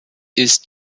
ist